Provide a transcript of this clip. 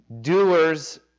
doers